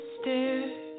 stairs